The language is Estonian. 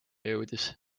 jõudis